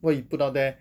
what you put out there